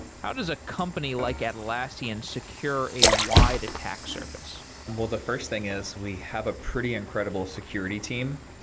how does a company like atlassian secure a wide attack surface? well, the first thing is we have a pretty incredible security team.